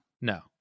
no